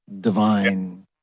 divine